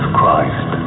Christ